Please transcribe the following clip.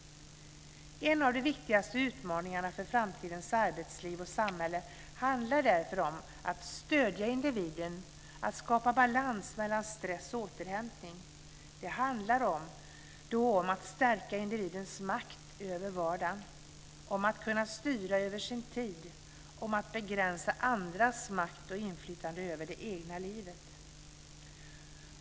En av de viktigaste utmaningarna för framtidens arbetsliv och samhälle handlar därför om att stödja individen och att skapa balans mellan stress och återhämtning. Det handlar om att stärka individens makt över vardagen, om att kunna styra över sin tid, om att begränsa andras makt och inflytande över det egna livet.